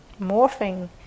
morphing